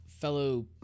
fellow